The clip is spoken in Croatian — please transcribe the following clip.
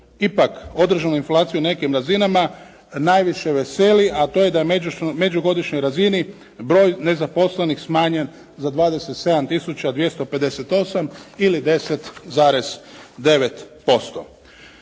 ipak održanu inflaciju na nekim razinama najviše veseli, a to je da je na međugodišnjoj razini broj nezaposlenih smanjen za 27258 ili 10,9%.